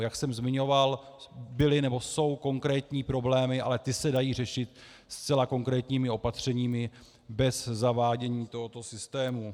Jak jsem zmiňoval, byly nebo jsou konkrétní problémy, ale ty se dají řešit zcela konkrétními opatřeními bez zavádění tohoto systému.